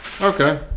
Okay